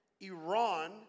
Iran